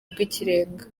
rw’ikirenga